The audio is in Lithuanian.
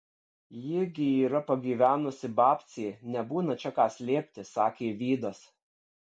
ji gi yra pagyvenusi babcė nebūna čia ką slėpti sakė vydas